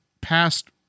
past